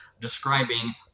describing